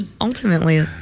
ultimately